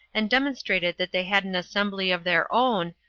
and demonstrated that they had an assembly of their own,